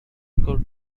could